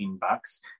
bucks